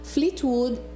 Fleetwood